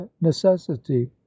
necessity